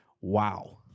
Wow